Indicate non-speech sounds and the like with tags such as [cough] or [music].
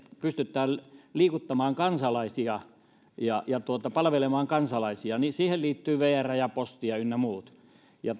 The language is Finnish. pystytään liikuttamaan kansalaisia ja ja palvelemaan kansalaisia siihen liittyy vr ja ja posti ynnä muut ja [unintelligible]